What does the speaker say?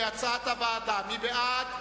כהצעת הוועדה, מי בעד?